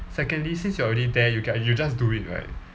secondly since you are already there you can you just do it right